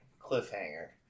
Cliffhanger